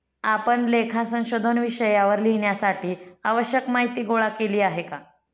आपण लेखा संशोधन विषयावर लिहिण्यासाठी आवश्यक माहीती गोळा केली आहे का?